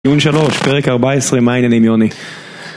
ניעון שלוש, פרק ארבע עשרה, מה העניינים יוני.